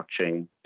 blockchain